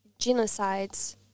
genocides